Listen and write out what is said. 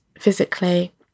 physically